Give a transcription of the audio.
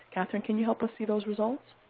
kathryn, can you help us see those results?